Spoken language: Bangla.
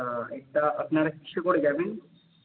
এটা আপানারা কিসে করে যাবেন